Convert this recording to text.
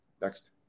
Next